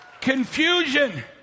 Confusion